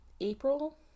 April